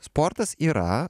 sportas yra